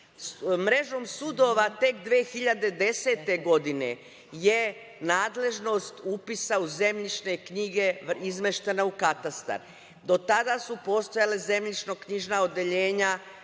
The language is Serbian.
Mrežom sudova, tek 2010. godine je nadležnost upisa u zemljišne knjige izmeštena u Katastar. Do tada su postojala zemljišno knjižna odeljenja